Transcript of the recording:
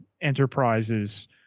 Enterprises